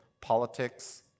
politics